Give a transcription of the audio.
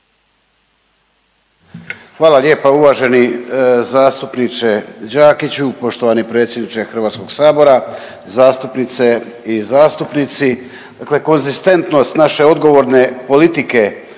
Hvala lijepa uvaženi zastupniče Đakiću. Poštovani predsjedniče Hrvatskog sabora, zastupnice i zastupnici, dakle konzistentnost naše odgovorne politike